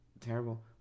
terrible